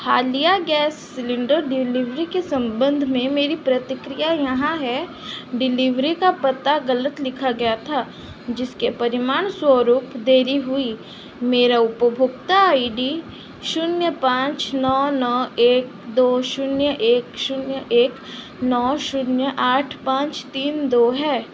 हालिया gas cylinder delivery की संबंध में मेरी प्रतिक्रिया यहाँ है डिलीवरी का पता ग़लत लिखा गया था जिसके परिमाणस्वरूप देरी हुई मेरा उपभोक्ता आई डी शून्य पाँच नौ नौ एक दो शून्य एक शून्य एक नौ शून्य आठ पाँच तीन दो है